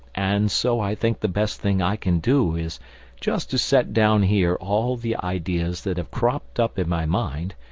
and so i think the best thing i can do is just to set down here all the ideas that have cropped up in my mind,